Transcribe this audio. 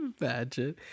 Imagine